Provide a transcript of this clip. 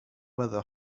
weather